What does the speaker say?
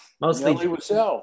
Mostly